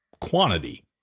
quantity